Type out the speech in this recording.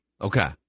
Okay